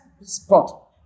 spot